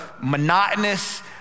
monotonous